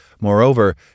Moreover